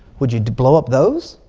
would you blow up those?